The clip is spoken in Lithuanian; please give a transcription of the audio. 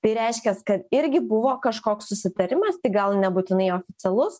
tai reiškias kad irgi buvo kažkoks susitarimas tik gal nebūtinai oficialus